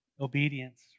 obedience